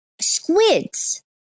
squids